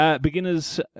beginners